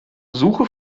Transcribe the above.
suche